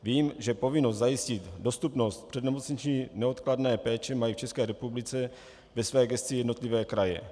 Vím, že povinnost zajistit dostupnost přednemocniční neodkladné péče mají v České republice ve své gesci jednotlivé kraje.